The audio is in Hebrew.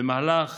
במהלך